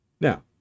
Now